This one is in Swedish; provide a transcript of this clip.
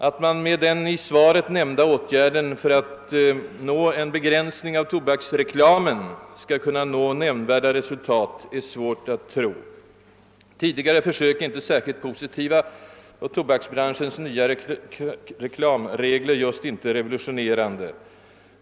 Att man med den i svaret nämnda åtgärden skulle kunna uppnå en verklig begränsning av tobaksreklamen har jag svårt att tro. Resultaten av tidigare försök av denna art är inte särskilt positiva, och tobaksbranschens nya reklamregler är just inte revolutionerande.